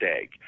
egg